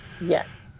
Yes